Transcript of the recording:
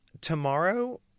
tomorrow